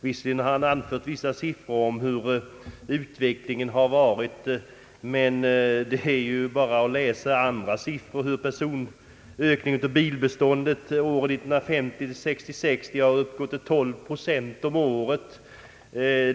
Visserligen har han anfört vissa siffror om utvecklingen, men i gengäld kan man referera till andra siffror, t.ex. hur bilbeståndet under åren 1950—1966 ökat med 12 procent per år.